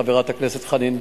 חברת הכנסת חנין,